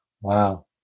Wow